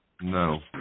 No